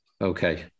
Okay